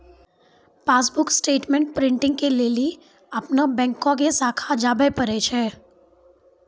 passbook statement printing के लेली अपनो बैंको के शाखा जाबे परै छै